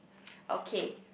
okay